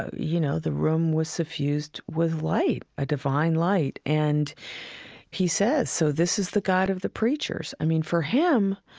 ah you know, the room was suffused with light, a divine light. and he said, so this is the god of the preachers. i mean, for him,